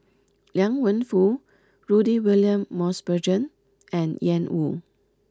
Liang Wenfu Rudy William Mosbergen and Ian Woo